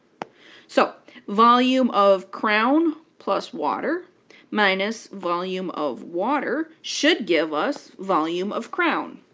so volume of crown plus water minus volume of water, should give us volume of crown.